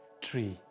tree